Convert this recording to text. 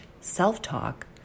self-talk